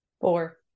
four